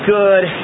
good